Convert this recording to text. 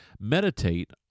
meditate